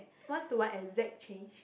what's to what exact change